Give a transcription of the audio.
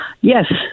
yes